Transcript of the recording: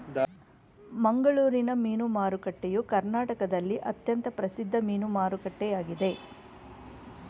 ಮಂಗಳೂರಿನ ಮೀನು ಮಾರುಕಟ್ಟೆಯು ಕರ್ನಾಟಕದಲ್ಲಿ ಅತ್ಯಂತ ಪ್ರಸಿದ್ಧ ಮೀನು ಮಾರುಕಟ್ಟೆಯಾಗಿದೆ